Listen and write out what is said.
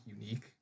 unique